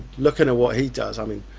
looking at what he does, i mean